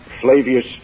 Flavius